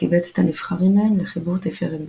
וקיבץ את הנבחרים מהם לחיבור "תפארת בני"ם".